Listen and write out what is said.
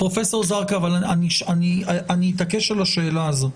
פרופסור זרקא, אני אתעקש על השאלה הזאת.